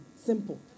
Simple